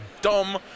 dumb